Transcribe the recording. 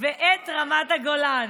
ואת רמת הגולן.